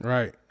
Right